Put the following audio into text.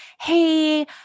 Hey